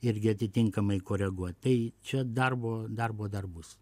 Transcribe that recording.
irgi atitinkamai koreguot tai čia darbo darbo dar bus